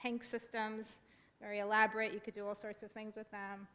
tank systems very elaborate you could do all sorts of things with the